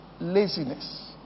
laziness